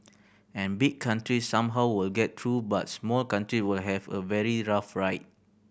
and big countries somehow will get through but small country will have a very rough ride